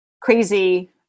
crazy